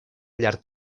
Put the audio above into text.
llarg